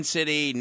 City